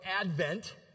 advent